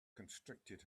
constricted